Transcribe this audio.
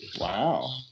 Wow